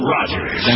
Rogers